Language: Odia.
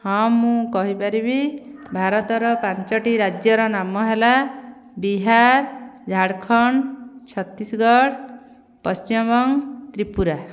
ହଁ ମୁଁ କହିପାରିବି ଭାରତର ପାଞ୍ଚୋଟି ରାଜ୍ୟର ନାମ ହେଲା ବିହାର ଝାଡ଼ଖଣ୍ଡ ଛତିଶଗଡ଼ ପଶ୍ଚିମବଙ୍ଗ ତ୍ରିପୁରା